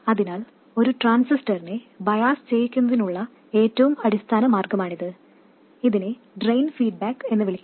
അതിനാൽ ഒരു ട്രാൻസിസ്റ്ററിനെ ബയാസ് ചെയ്യിക്കുന്നതിനുള്ള ഏറ്റവും അടിസ്ഥാന മാർഗ്ഗമാണിത് ഇതിനെ ഡ്രെയിൻ ഫീഡ്ബാക്ക് എന്ന് വിളിക്കുന്നു